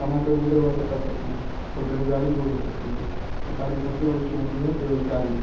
कमा कर गुजर बसर कर सकते हैं और बेरोजगारी दूर हो सकती है सरकार की सबसे बड़ी चुनौती है बेरोजगारी